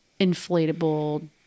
inflatable